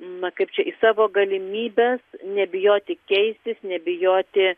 na kaip čia į savo galimybes nebijoti keistis nebijoti